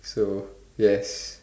so yes